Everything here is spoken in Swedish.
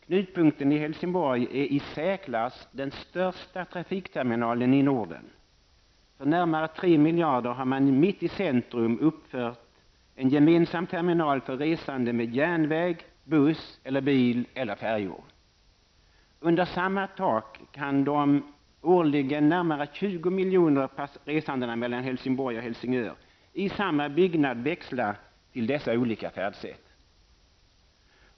Knutpunkten i Helsingborg är i särklass den största trafikterminalen i Norden -- för närmare 3 miljarder har man mitt i centrum uppfört en gemensam terminal för resande med järnväg, buss eller bil eller färjor. Under samma tak kan de årligen närmare 20 miljoner resandena mellan Helsingborg och Helsingör i samma byggnad växla till dessa olika färdsätt.